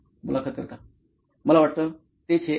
मुलाखत कर्ता मला वाटतं तेच ते आहे